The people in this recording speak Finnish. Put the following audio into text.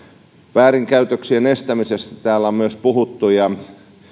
väärinkäytöksien estämisestä täällä on myös puhuttu ja